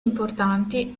importanti